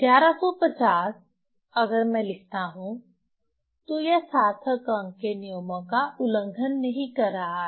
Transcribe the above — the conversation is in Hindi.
1150 अगर मैं लिखता हूं तो यह सार्थक अंक के नियमों का उल्लंघन नहीं कर रहा है